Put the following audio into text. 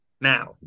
Now